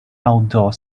outdoor